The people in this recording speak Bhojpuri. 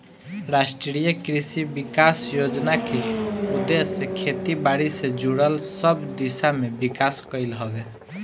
राष्ट्रीय कृषि विकास योजना के उद्देश्य खेती बारी से जुड़ल सब दिशा में विकास कईल हवे